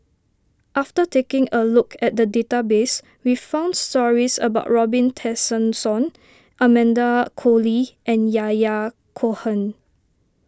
after taking a look at the database we found stories about Robin Tessensohn Amanda Koe Lee and Yahya Cohen